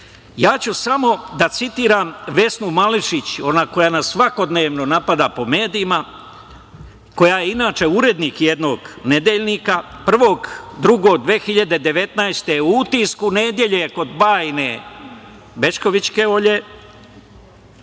ću da citiram Vesnu Mališić, ona koja nas svakodnevno napada po medijima, koja je inače urednik jednog nedeljnika, 1.2.2019. godine u „Utisku nedelje“ Olje Bećković je